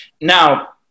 Now